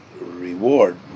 reward